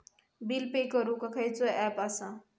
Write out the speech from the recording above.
Bill pay करूक खैचो app असा?